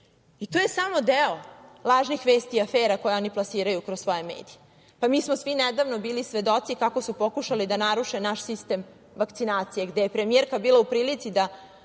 je samo deo lažnih vesti i afera koje oni plasiraju kroz svoje medije. Mi smo svi nedavno bili svedoci kako su pokušali da naruše naš sistem vakcinacije, gde je premijerka bila u prilici da